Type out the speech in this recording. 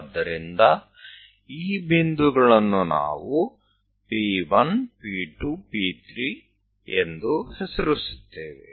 ಆದ್ದರಿಂದ ಈ ಬಿಂದುಗಳನ್ನು ನಾವು P1 P2 P3 ಎಂದು ಹೆಸರಿಸುತ್ತೇವೆ